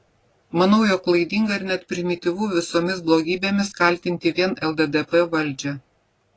manau jog klaidinga ir net primityvu visomis blogybėmis kaltinti vien lddp valdžią